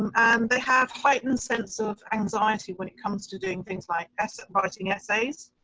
and they have heightened sense of anxiety when it comes to doing things like essay, writing essays.